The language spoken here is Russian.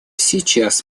сейчас